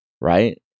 right